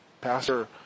Pastor